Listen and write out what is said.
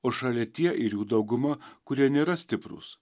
o šalia tie ir jų dauguma kurie nėra stiprūs